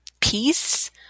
peace